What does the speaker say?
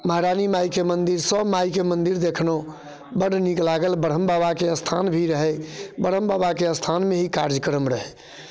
महारानी मायके मन्दिरसभ मायके मन्दिर देखलहुँ बड्ड नीक लागल ब्रह्म बाबाके स्थान भी रहै ब्रह्म बाबाके स्थानमे ही कार्यक्रम रहै